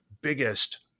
biggest